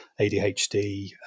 ADHD